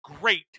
great